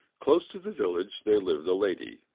close to the village there lived a lady,